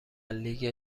لیگ